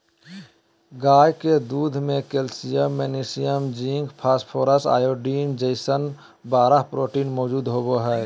गाय के दूध में calcium, magnesium, zinc, phosphorus, iodine जैसन बारह प्रोटीन मौजूद होबा हइ